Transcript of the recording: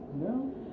No